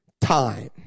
time